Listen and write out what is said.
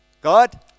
God